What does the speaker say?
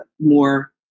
more